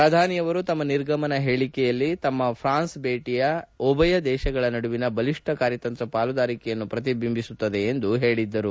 ಪ್ರಧಾನಿ ಅವರು ತಮ್ಮ ನಿರ್ಗಮನ ಹೇಳಿಕೆಯಲ್ಲಿ ತಮ್ಮ ಫ್ರಾನ್ಸ್ ಭೇಟಿ ಉಭಯ ದೇಶಗಳ ನಡುವಿನ ಬಲಿಷ್ಣ ಕಾರ್್ಯತಂತ್ರ ಪಾಲುದಾರಿಕೆಯನ್ನು ಪ್ರತಿಬಿಂಬಿಸುತ್ತದೆ ಎಂದು ಹೇಳಿದ್ದರು